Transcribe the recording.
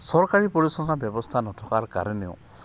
চৰকাৰী পৰিচালনা ব্যৱস্থা নথকাৰ কাৰণেও